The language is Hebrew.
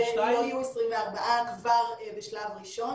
יהיו 24 כבר בשלב ראשון.